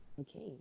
okay